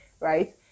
right